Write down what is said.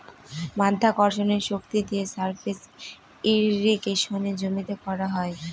মাধ্যাকর্ষণের শক্তি দিয়ে সারফেস ইর্রিগেশনে জমিতে করা হয়